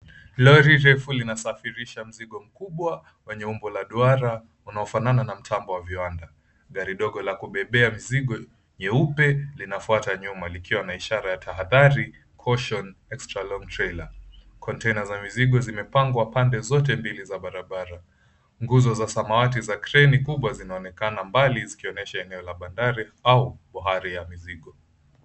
Lori refu linasafirisha mzigo mkubwa wenye umbo la duara unao fanana na mtambo wa viwanda. Gari dogo la kubebea mzigo nyeupe linafwata nyumba likiwa na ishara ya tahathari caution extra long trailer . Container za mizigo zimepangwa pande zote mbili ya barabara. Nguzo za samawati za kreni kubwa zinaonekana mbali zikionyesha mahali ya bandari au bahari ya mizigo.